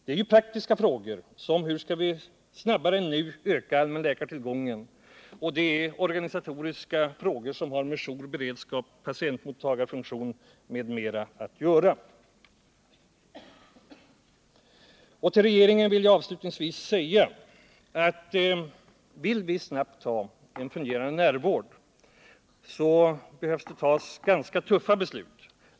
Det gäller praktiska frågor såsom hur vi snabbare än nu skall kunna öka allmänläkartillgången och det gäller organisatoriska frågor som har med jour, beredskap, patientmottagarfunktion m.m. att göra. Till regeringen vill jag avslutningsvis säga att om vi snabbt vill skapa en fungerande närvård, måste ganska tuffa beslut fattas.